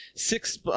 Six